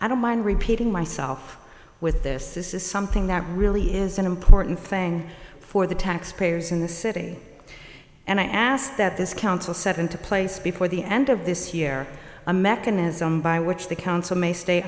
i don't mind repeating myself with this this is something that really is an important thing for the taxpayers in the city and i ask that this council set into place before the end of this year a mechanism by which the council may stay